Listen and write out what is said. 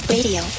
Radio